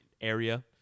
area